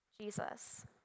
Jesus